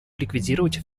ликвидировать